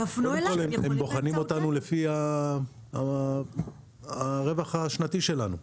הם בוחנים אותנו לפי הרווח השנתי שלנו,